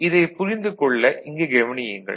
இதைப் புரிந்து கொள்ள இங்கே கவனியுங்கள்